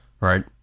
right